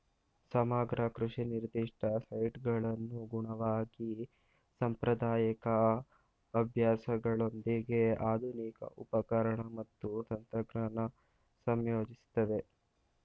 ಸಮಗ್ರ ಕೃಷಿ ನಿರ್ದಿಷ್ಟ ಸೈಟ್ಗನುಗುಣವಾಗಿ ಸಾಂಪ್ರದಾಯಿಕ ಅಭ್ಯಾಸಗಳೊಂದಿಗೆ ಆಧುನಿಕ ಉಪಕರಣ ಮತ್ತು ತಂತ್ರಜ್ಞಾನ ಸಂಯೋಜಿಸ್ತದೆ